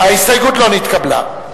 ההסתייגות לא נתקבלה.